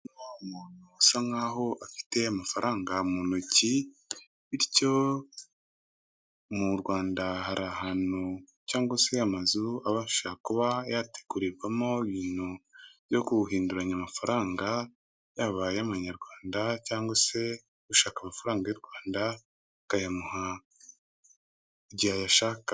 Umuntu usa nk'aho afite amafaranga mu ntoki bityo mu Rwanda hari ahantu cyangwa se amazu abasha kuba yategurwamo ibintu byo guhinduranya amafaranga yaba ay'amanyarwanda cyangwa se gushaka amafaranga y'u Rwanda akayamuha igihe ayashakaga.